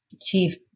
chief